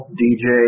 dj